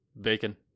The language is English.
Bacon